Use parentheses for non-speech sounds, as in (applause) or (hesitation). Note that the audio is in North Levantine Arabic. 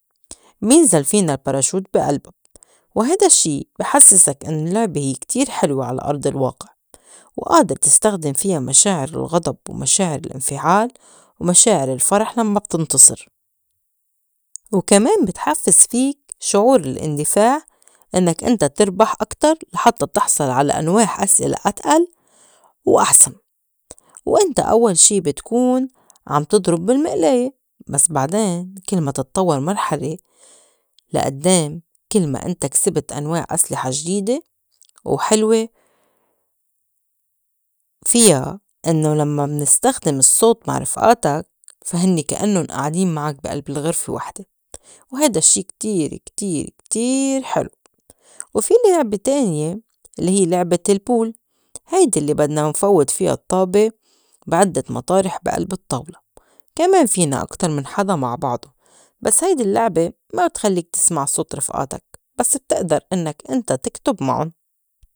بينزل فينا ال parachute بي ألبا وهيدا الشّي بي حسّسك إنّو اللّعبة هيّ كتير حلوة على أرض الواقع وآدر تستخدم فيا مشاعر الغضب، ومشاعر الانفعال، ومشاعر الفرح لمّا بتنتصر، وكمان بتحفّز فيك شعور الإندفاع إنّك إنت تربح أكتر لحتّى تحصل على أنواح أسئلة (unintelligible) أتئل وأحسن، وإنت أوّل شي بتكون عم تضرُب بالمئلاية بس بعدين كل ما تطوّر مرحلة (hesitation) لأدّام كل ما إنت كسِبِت أنواع أسلحة جديدة وحلوة (hesitation) فيا إنّو لمّا منستخدم الصّوت مع رفئاتك فا هنّي كأنُّن آعدين معك بي ألب غرفة وحدة وهيدا الشّي كتير كتير كتير حلو. وفي لِعبة تانية لّي هيّ لعبة ال pool هيدي الّي بدنا نفوّت فيا الطّابة بي عدّت مطارح بي ألب الطّاولة، كمان فينا أكتر من حدا مع بعضو بس هيدي اللّعبة ما بتخلّيك تسمع صوت رفئاتك بس بتأدر إنّك إنت تِكتُب معُن.